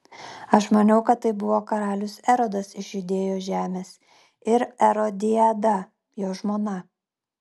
aš maniau kad tai buvo karalius erodas iš judėjos žemės ir erodiada jo žmona